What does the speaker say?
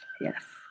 Yes